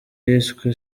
yiswe